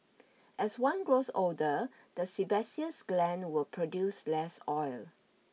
as one grows older the sebaceous glands will produce less oil